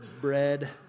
bread